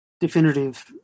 definitive